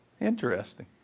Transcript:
Interesting